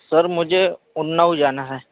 سر مجھے اناؤ جانا ہے